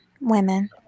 women